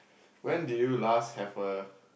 when did you last have a